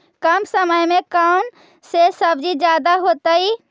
कम समय में कौन से सब्जी ज्यादा होतेई?